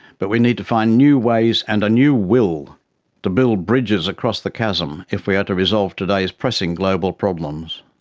but we need to find new ways and a new will to build bridges across the chasm if we are to resolve today's pressing global problems.